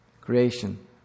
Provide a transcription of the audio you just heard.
creation